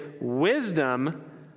wisdom